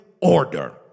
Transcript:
order